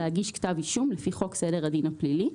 להגיש כתב אישום לפי חוק סדר הדין הפלילי,